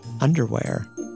underwear